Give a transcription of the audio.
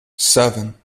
seven